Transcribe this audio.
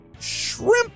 shrimp